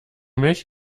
mich